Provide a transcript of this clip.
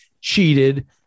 cheated